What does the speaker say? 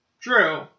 True